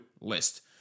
list